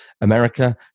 America